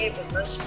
business